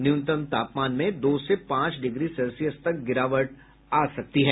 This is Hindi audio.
न्यूनतम तापमान में दो से पांच डिग्री सेल्सियस तक गिरावट आ सकती है